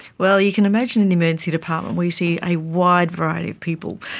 well, you can imagine in the emergency department we see a wide variety of people,